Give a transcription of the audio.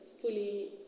fully